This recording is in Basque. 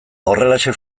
horrelaxe